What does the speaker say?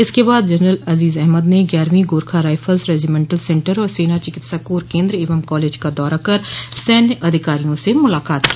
इसके बाद जनरल अजीज अहमद ने ग्यारहवीं गोरखा राइफल्स रेजिमेंटल सेन्टर और सेना चिकित्सा कोर केन्द्र एवं कालेज का दौरा कर सैन्य अधिकारियों से मुलाकात की